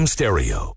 Stereo